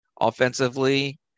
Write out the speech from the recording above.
offensively